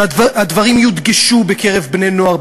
שהדברים יודגשו בקרב בני-נוער,